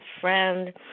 friend